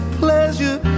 pleasure